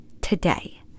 today